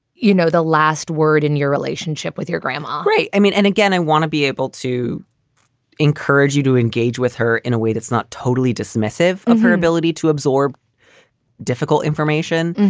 you know, the last word in your relationship with your grandma, right? i mean, and again, i want to be able to encourage you to engage with her in a way that's not totally dismissive of her ability to absorb difficult information.